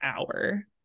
hour